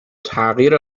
تغییر